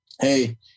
Hey